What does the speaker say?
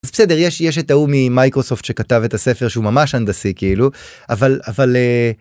בסדר יש יש את ההוא ממייקרוסופט שכתב את הספר שהוא ממש הנדסאי כאילו אבל אבל.